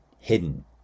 hidden